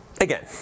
Again